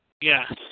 Yes